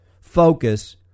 focus